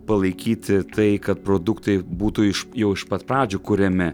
palaikyti tai kad produktai būtų iš jau iš pat pradžių kuriami